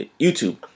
YouTube